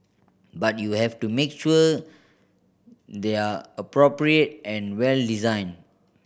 but you have to make sure they're appropriate and well designed